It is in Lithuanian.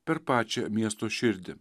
per pačią miesto širdį